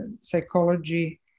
psychology